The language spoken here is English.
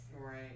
right